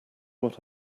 what